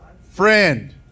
Friend